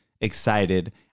excited